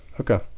Okay